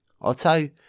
Otto